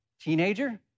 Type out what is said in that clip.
Teenager